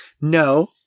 No